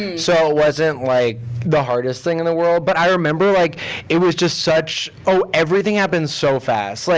so it wasn't like the hardest thing in the world. but i remember like it was just such, ah everything happened so fast. like